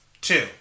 Two